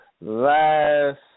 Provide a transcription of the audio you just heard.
last